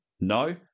No